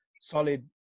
solid